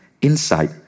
insight